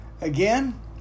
Again